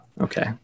okay